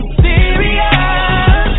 serious